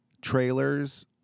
trailers –